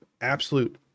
absolute